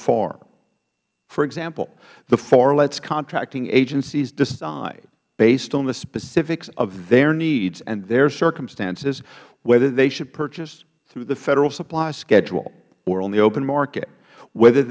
far for example the far lets contracting agencies decide based on the specifics of their needs and their circumstances whether they should purchase through the federal supply schedule or on the open market whether